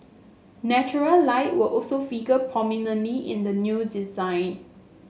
natural light will also figure prominently in the new design